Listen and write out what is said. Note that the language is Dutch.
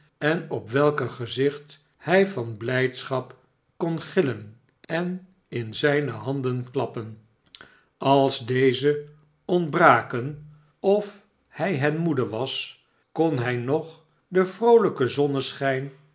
en op welker gezicht hij van mijdschap kon gillen en in zijne handen klappen als deze ontbraken of hij hen moede was kon hij nog den